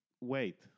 wait